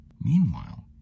Meanwhile